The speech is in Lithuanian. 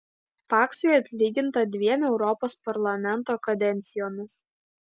paksui atlyginta dviem europos parlamento kadencijomis